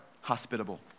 hospitable